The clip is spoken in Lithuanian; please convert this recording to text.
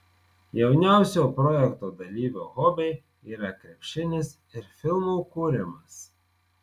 jauniausio projekto dalyvio hobiai yra krepšinis ir filmų kūrimas